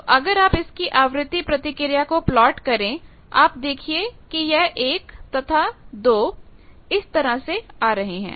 तो अगर आप इसकी आवृत्ति प्रतिक्रिया को प्लॉट करें आप देखिए कि यह 1 तथा 2 इस तरह से आ रहे हैं